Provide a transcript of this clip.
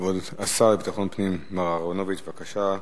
כבוד השר לביטחון פנים, מר אהרונוביץ, בבקשה,